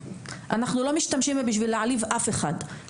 ולא משתמשים בהם בשביל להעליב אף אחד.